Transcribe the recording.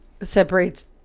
separates